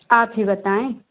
आप ही बताएँ